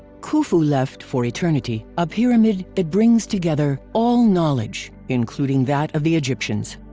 khufu left, for eternity, a pyramid that brings together all knowledge, including that of the egyptians.